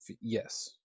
yes